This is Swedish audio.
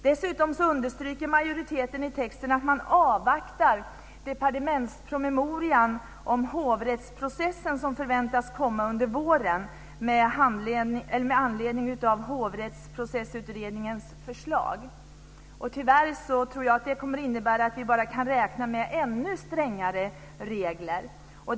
Dessutom uttrycker majoriteten i texten att man avvaktar den departementspromemoria om hovrättsprocessen som förväntas komma under våren med anledning av Hovrättsprocessutredningens förslag. Tyvärr tror jag att det kommer att innebära att vi bara kan räkna med ännu strängare regler.